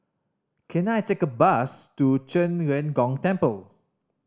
can I take a bus to Zhen Ren Gong Temple